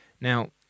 Now